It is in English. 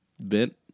bent